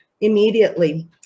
immediately